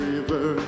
River